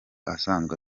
asanzwe